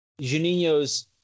Juninho's